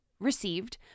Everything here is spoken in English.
received